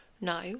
no